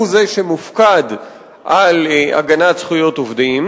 שהוא מופקד על הגנת זכויות עובדים,